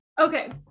Okay